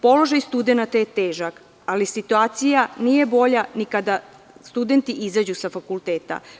Položaj studenata je težak, alisituacija nije bolja ni kada studenti izađu sa fakulteta.